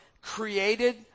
created